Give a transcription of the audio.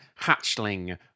hatchling